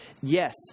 Yes